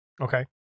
okay